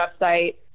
website